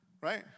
right